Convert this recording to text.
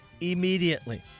immediately